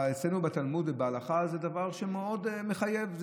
אצלנו בתלמוד ובהלכה זה דבר שמאוד מחייב.